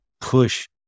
push